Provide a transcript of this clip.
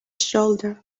shoulder